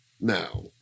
now